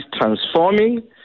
transforming